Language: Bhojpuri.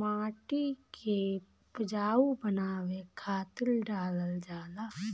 माटी के उपजाऊ बनावे खातिर डालल जाला